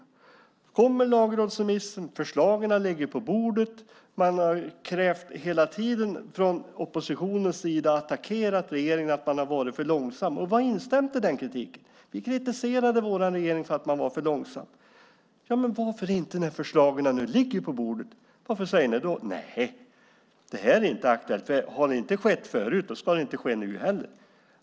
Så kom lagrådsremissen, förslagen låg på bordet, man hade hela tiden krävt detta från oppositionens sida och attackerat regeringen för att den har varit för långsam, och vi hade instämt i den kritiken. Vi kritiserade vår regering för att den var för långsam. Varför, när förslagen nu ligger på bordet, säger ni då nej, att det är inte aktuellt, att om det inte skett tidigare ska det inte ske nu heller?